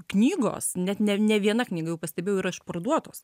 knygos net ne ne viena knyga jau pastebėjau yra išparduotos